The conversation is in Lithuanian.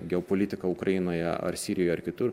geopolitika ukrainoje ar sirijoje ar kitur